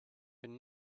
been